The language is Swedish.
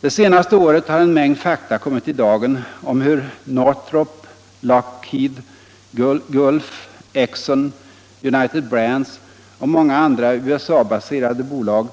Det senaste året har en mängd fakta kommit i dagen om hur Northrop, Lockheed, Gulf, Exxon, United Brands och många andra USA baserade bolag